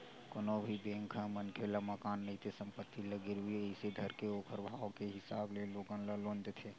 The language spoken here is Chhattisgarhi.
कोनो भी बेंक ह मनखे ल मकान नइते संपत्ति ल गिरवी असन धरके ओखर भाव के हिसाब ले लोगन ल लोन देथे